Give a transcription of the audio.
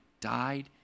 died